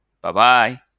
Bye-bye